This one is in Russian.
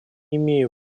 имею